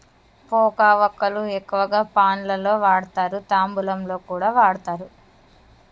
పోక వక్కలు ఎక్కువగా పాన్ లలో వాడుతారు, తాంబూలంలో కూడా వాడుతారు